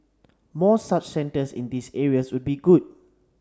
more such centres in these areas would be good